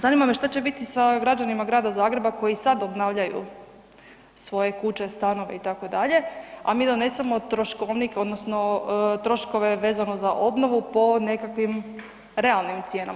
Zanima me što će biti sa građanima grada Zagreba koji sada obnavljaju svoje kuće, stanove, itd., a mi donesemo troškovnik odnosno troškove vezano za obnovu po nekakvim realnim cijenama.